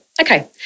Okay